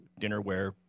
Dinnerware